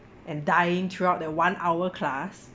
and dying throughout that one hour class